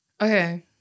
okay